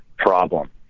problem